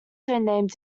named